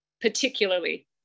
Particularly